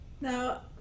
Now